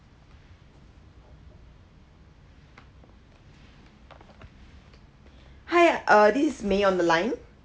hi uh this is may on the line